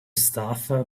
stuff